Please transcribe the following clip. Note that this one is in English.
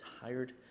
tired